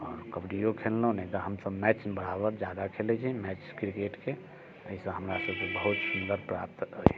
आओर कबड्डिओ खेललहुँ नहि तऽ हमसब मैच बराबर जादा खेलैत छी मैच क्रिकेटके एहिसँ हमरा सबकेँ बहुत सुन्दर प्राप्त